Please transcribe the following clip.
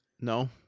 No